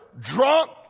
drunk